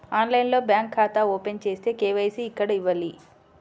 ఆన్లైన్లో బ్యాంకు ఖాతా ఓపెన్ చేస్తే, కే.వై.సి ఎక్కడ ఇవ్వాలి?